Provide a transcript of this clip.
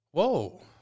Whoa